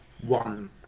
one